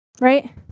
Right